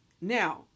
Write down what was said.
now